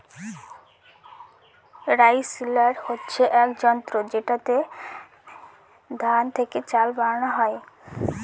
rice huller হচ্ছে এক যন্ত্র যেটাতে ধান থেকে চাল বানানো হয়